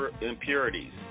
impurities